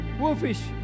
wolfish